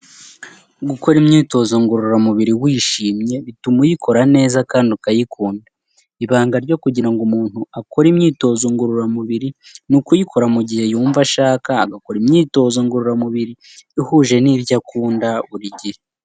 Gukora imyitozo ngororamubiri wishimye, bituma uyikora neza kandi ukayikunda. Ibanga ryo kugira ngo umuntu akore imyitozo ngororamubiri, ni ukuyikora mu gihe yumva ashaka, agakora imyitozo ngororamubiri ihuje n'ibyo akunda buri gihe.